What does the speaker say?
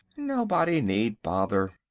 nobody need bother.